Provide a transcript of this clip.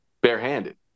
barehanded